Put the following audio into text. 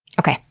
okay,